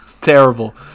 Terrible